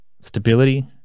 stability